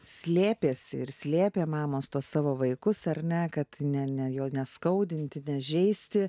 slėpėsi ir slėpė mamos tuos savo vaikus ar ne kad ne ne jo neskaudinti nežeisti